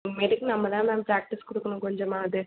இனிமேட்டுக்கு நம்ம தான் ma'am practice கொடுக்குனும் கொஞ்சமாவது